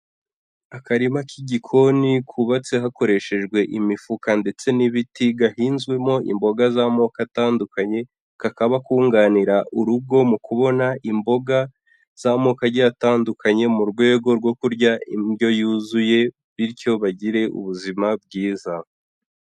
Akarima k'igikoni kubabatse hakoreshejwe imifuka ndetse n'ibiti gahinzwemo imboga z'amoko atandukanye, kakaba kunganira urugo mu kubona imboga z'amoko agiye atandukanye mu rwego rwo kurya indyo yuzuye bityo bagire ubuzima bwiza.